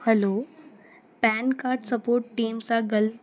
hello PAN card support सां ॻाल्हि